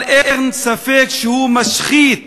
אבל אין ספק שהוא משחית